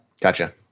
Gotcha